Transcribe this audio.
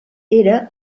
era